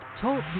Talk